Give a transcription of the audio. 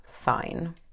fine